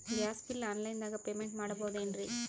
Gas bill online ದಾಗ payment ಮಾಡಬೋದೇನ್ರಿ?